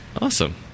Awesome